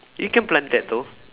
you can plant that too